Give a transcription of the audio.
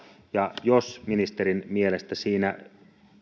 ja jos ministerin mielestä siinä